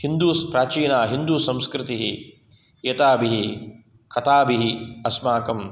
हिन्दूस् प्राचीना हिन्दूसंस्कृतिः एताभिः कथाभिः अस्माकं